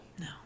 No